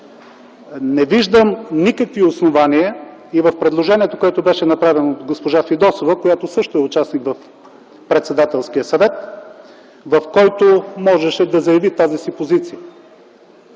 Не виждам никакви основания и в предложението, което беше направено от госпожа Фидосова, която също е участник в Председателския съвет, в което можеше да заяви тази си позиция.